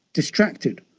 distracted,